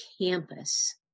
campus